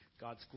God's